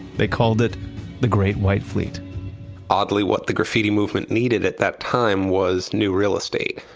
they called it the great white fleet oddly, what the graffiti movement needed at that time was new real estate.